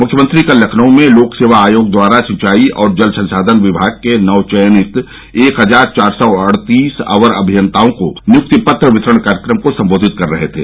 मुख्यमंत्री कल लखनऊ में लोक सेवा आयोग द्वारा सिंचाई और जल संसाधन विभाग के नव चयनित एक हजार चार सौ अड़तीस अवर अमियताओं को नियुक्ति पत्र वितरण कार्यक्रम को संबोधित कर रहे थे